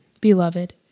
Beloved